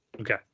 Okay